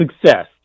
success